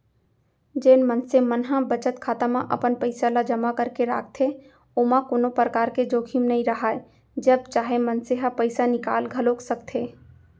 जेन मनसे मन ह बचत खाता म अपन पइसा ल जमा करके राखथे ओमा कोनो परकार के जोखिम नइ राहय जब चाहे मनसे ह पइसा निकाल घलौक सकथे